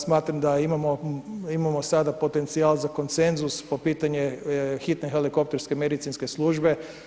Smatram da imamo sad potencijal za konsenzus po pitanje hitne helikopterske medicinske službe.